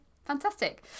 fantastic